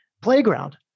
playground